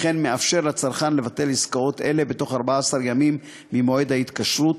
וכן הוא מאפשר לצרכן לבטל עסקאות אלה בתוך 14 ימים ממועד ההתקשרות,